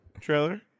trailer